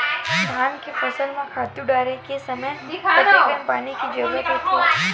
धान के फसल म खातु डाले के समय कतेकन पानी के जरूरत होथे?